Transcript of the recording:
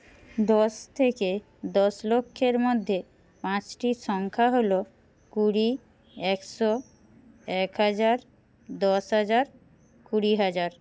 দশ থেকে দশ লক্ষের মধ্যে পাঁচটি সংখ্যা হলো কুড়ি একশো এক হাজার দশ হাজার কুড়ি হাজার